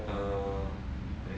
err